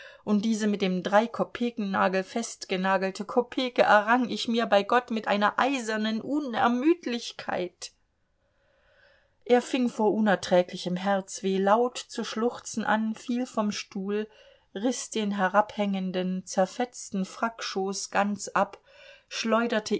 und diese mit dem dreikopekennagel festgenagelte kopeke errang ich mir bei gott mit einer eisernen unermüdlichkeit er fing vor unerträglichem herzweh laut zu schluchzen an fiel vom stuhl riß den herabhängenden zerfetzten frackschoß ganz ab schleuderte